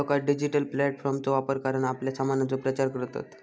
लोका डिजिटल प्लॅटफॉर्मचा वापर करान आपल्या सामानाचो प्रचार करतत